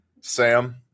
Sam